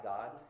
God